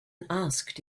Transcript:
asked